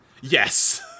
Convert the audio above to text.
Yes